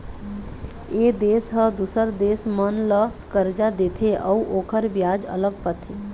ए देश ह दूसर देश मन ल करजा देथे अउ ओखर बियाज अलग पाथे